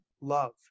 love